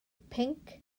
pinc